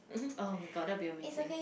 oh-my-god that will be amazing